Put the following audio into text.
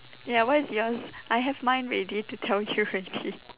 ya what is yours I have mine ready to tell you already